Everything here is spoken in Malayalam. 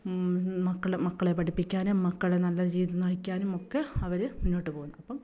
മക്കളെ മക്കളെ പഠിപ്പിക്കാനും മക്കളെ നല്ല ജീവിതം നയിക്കാനുമൊക്കെ അവർ മുന്നോട്ട് പോവുന്നു അപ്പം